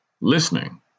Listening